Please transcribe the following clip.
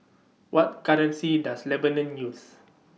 What currency Does Lebanon use